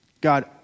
God